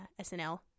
SNL